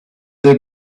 they